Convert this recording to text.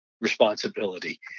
responsibility